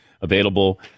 available